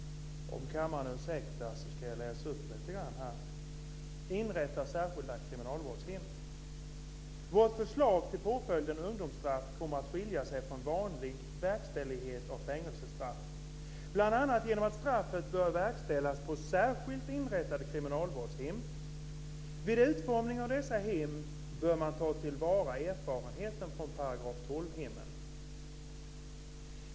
Om kammaren ursäktar ska jag läsa upp lite grann. Rubriken är "Inrätta särskilda kriminalvårdshem". Så här står det: "Vårt förslag till påföljden ungdomsstraff kommer att skilja sig från vanlig verkställighet av fängelsestraff, bl.a. genom att straffet bör verkställas på särskilt inrättade kriminalvårdshem. Vid utformningen av dessa hem bör man ta till vara erfarenheterna från § 12-hemmen.